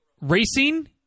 Racing